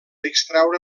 extreure